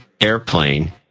airplane